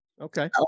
Okay